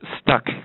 stuck